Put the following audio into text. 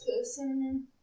person